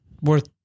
worth